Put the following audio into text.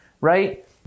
right